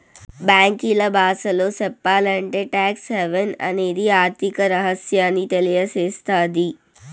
బ్యాంకీల బాసలో సెప్పాలంటే టాక్స్ హావెన్ అనేది ఆర్థిక రహస్యాన్ని తెలియసేత్తది